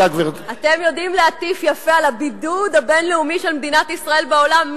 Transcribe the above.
אתם יודעים להטיף יפה על הבידוד הבין-לאומי של מדינת ישראל בעולם.